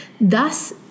Thus